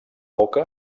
boca